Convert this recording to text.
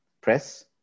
press